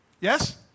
Yes